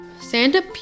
Santa